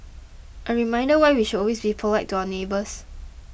a reminder why we should always be polite to our neighbours